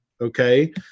okay